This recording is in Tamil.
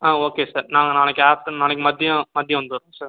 ஆ ஓகே சார் நாங்கள் நாளைக்கி ஆஃடர் நாளைக்கி மதியம் மதியம் வந்துடுறோம் சார்